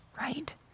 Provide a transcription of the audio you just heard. right